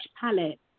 palette